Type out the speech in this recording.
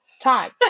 time